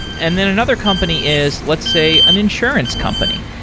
and then another company is, let's say, an insurance company,